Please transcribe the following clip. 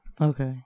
Okay